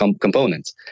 components